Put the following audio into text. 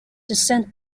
descent